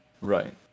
Right